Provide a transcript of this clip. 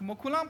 כמו כולם כאן.